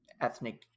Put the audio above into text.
ethnic